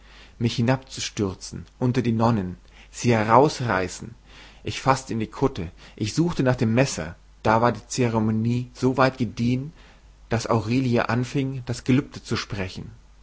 mich hinabstürzen unter die nonnen sie herausreißen ich faßte in die kutte ich suchte nach dem messer da war die zeremonie so weit gediehen daß aurelie anfing das gelübde zu sprechen